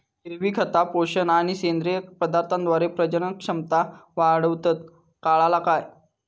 हिरवी खता, पोषक आणि सेंद्रिय पदार्थांद्वारे प्रजनन क्षमता वाढवतत, काळाला काय?